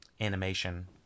animation